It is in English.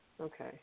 Okay